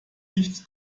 nichts